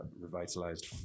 revitalized